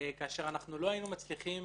ולא היינו מצליחים